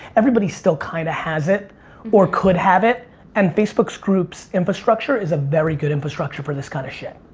everybody still kind of has it or could have it and facebook groups infrastructure is a very good infrastructure for this kind of shit.